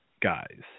guys